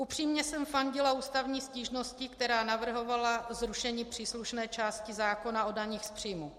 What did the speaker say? Upřímně jsem fandila ústavní stížnosti, která navrhovala zrušení příslušné části zákona o daních z příjmů.